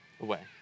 away